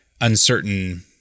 uncertain